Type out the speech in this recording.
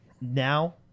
Now